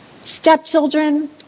Stepchildren